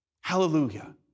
Hallelujah